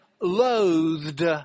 loathed